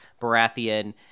Baratheon